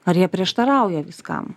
ar jie prieštarauja viskam